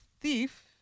thief